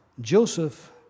Joseph